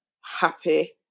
happy